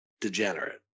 degenerate